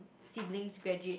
siblings graduate